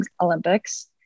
Olympics